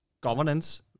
governance